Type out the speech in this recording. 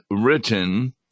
written